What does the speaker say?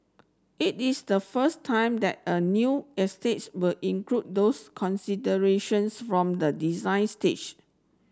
it is the first time that a new estates will include those considerations from the design stage